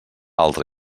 altra